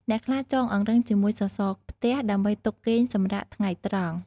អ្នកខ្លះចងអង្រឹងជាមួយសសរផ្ទះ ដើម្បីទុកគេងសម្រាកថ្ងៃត្រង់។